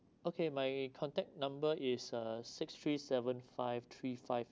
okay my contact number is uh six three seven five three five